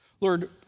Lord